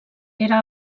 era